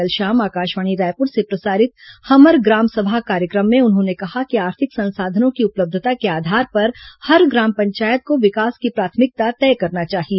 कल शाम आकाशवाणी रायपुर से प्रसारित हमर ग्राम सभा कार्यक्रम में उन्होंने कहा कि आर्थिक संसाधनों की उपलब्धता के आधार पर हर ग्राम पंचायत को विकास की प्राथमिकता तय करना चाहिए